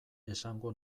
esango